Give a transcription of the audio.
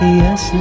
yes